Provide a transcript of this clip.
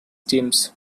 teams